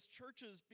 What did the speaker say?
churches